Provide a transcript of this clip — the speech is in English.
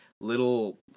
little